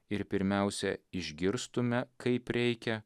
ir pirmiausia išgirstume kaip reikia